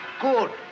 Good